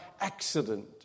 accident